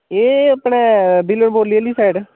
एह् अपने बिल्लन बोह्ली आह्ली साइड